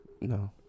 No